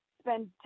spend